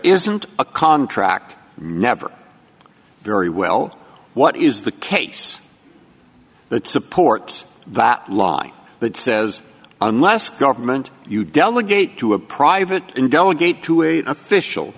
isn't a contract never very well what is the case that supports that line that says unless government you delegate to a private and delegate to it official